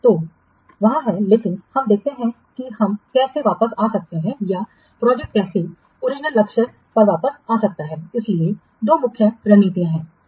तो वहाँ हैं लेकिन हम देखते हैं कि हम कैसे वापस आ सकते हैं या प्रोजेक्ट कैसे ओरिजिनल लक्ष्य पर वापस आ सकती है इसलिए दो मुख्य रणनीतियाँ हैं